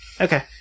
okay